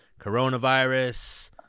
coronavirus